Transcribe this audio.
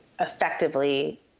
effectively